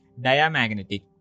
Diamagnetic